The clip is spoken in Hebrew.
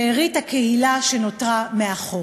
שארית הקהילה שנותרה מאחור.